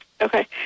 Okay